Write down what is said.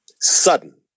sudden